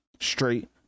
straight